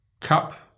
cup